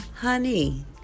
Honey